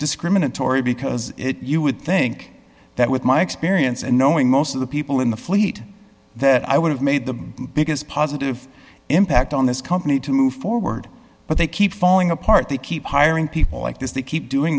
discriminatory because you would think that with my experience and knowing most of the people in the fleet that i would have made the biggest positive impact on this company to move forward but they keep falling apart they keep hiring people like this they keep doing